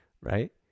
right